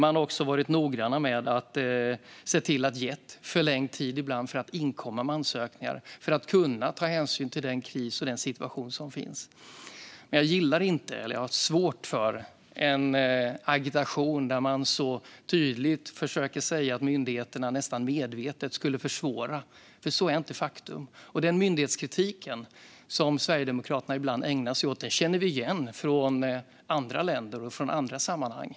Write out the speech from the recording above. Man har också varit noga med att ibland ge förlängd tid att inkomma med ansökningar för att kunna ta hänsyn till den kris och den situation som råder. Jag har svårt för en agitation där man så tydligt försöker säga att myndigheterna nästan medvetet skulle försvåra. Detta är inte ett faktum. Den myndighetskritik som Sverigedemokraterna ibland ägnar sig åt känner vi igen från andra länder och andra sammanhang.